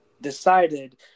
decided